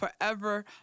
Forever